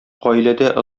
гаиләдә